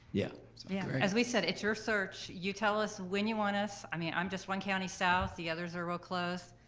yeah so yeah as we said it's your search. you tell us when you want us. i mean i'm just one county south, the others are real close.